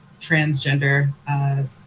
transgender